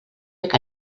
bec